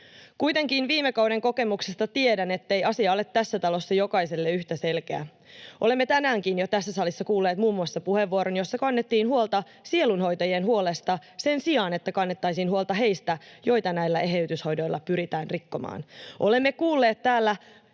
Kuitenkin viime kauden kokemuksesta tiedän, ettei asia ole tässä talossa jokaiselle yhtä selkeä. Olemme tänäänkin jo tässä salissa kuulleet muun muassa puheenvuoron, jossa kannettiin huolta sielunhoitajien huolesta sen sijaan, että kannettaisiin huolta heistä, joita näillä eheytyshoidoilla pyritään rikkomaan. Olemme kuulleet täällä